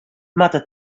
moatte